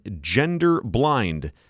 gender-blind